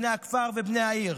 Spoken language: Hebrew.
בני הכפר ובני העיר.